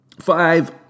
five